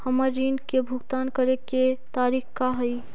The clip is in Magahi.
हमर ऋण के भुगतान करे के तारीख का हई?